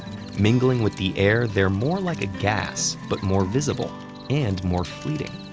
mingling with the air, they're more like a gas, but more visible and more fleeting.